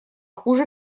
хуже